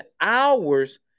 hours